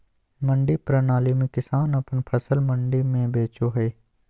मंडी प्रणाली में किसान अपन फसल मंडी में बेचो हय